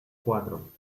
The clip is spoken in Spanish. cuatro